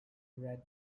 red